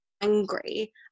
angry